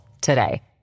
today